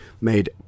made